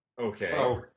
Okay